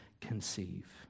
conceive